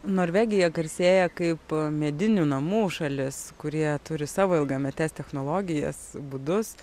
norvegija garsėja kaip medinių namų šalis kurie turi savo ilgametes technologijas būdus